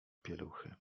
pieluchy